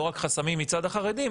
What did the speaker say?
לא רק חסמים מצד החרדים,